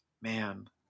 Man